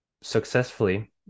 successfully